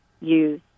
use